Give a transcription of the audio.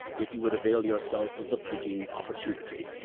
if you would avail yourself of the fleeting opportunity.